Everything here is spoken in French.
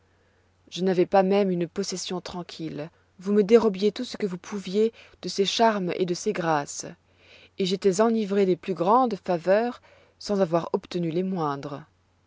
je n'avois pas même une possession tranquille vous me dérobiez tout ce que vous pouviez de ces charmes et de ces grâces et j'étois enivré des plus grandes faveurs sans avoir obtenu les moindres